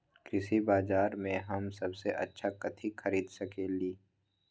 कृषि बाजर में हम सबसे अच्छा कथि खरीद सकींले?